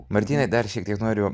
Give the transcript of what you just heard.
martynai dar šiek tiek noriu